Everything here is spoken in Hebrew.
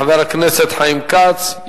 חבר הכנסת חיים כץ.